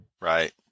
right